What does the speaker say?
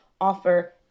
offer